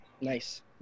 Nice